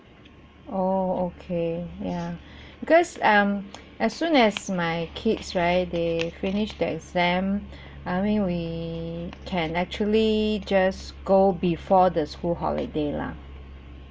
oh okay ya because um as soon as my kids right they finish their exam I mean we can actually just go before the school holiday lah